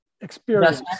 experience